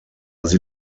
sie